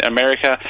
America